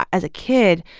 as a kid,